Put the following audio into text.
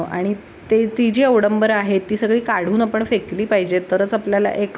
आणि ते ती जी अवडंबरं आहेत ती सगळी काढून आपण फेकली पाहिजेत तरच आपल्याला एक